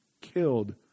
killed